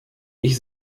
ich